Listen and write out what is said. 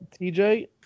TJ